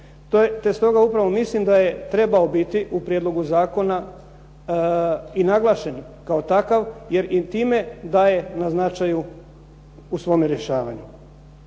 te stoga upravo mislim da je trebao biti u prijedlogu zakona i naglašen kao takav jer i time daje na značaju u svome rješavanju.